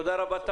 תודה רבה.